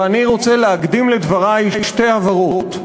ואני רוצה להקדים לדברי שתי הבהרות.